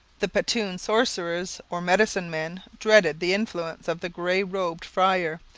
the petun sorcerers or medicine-men dreaded the influence of the grey-robed friar,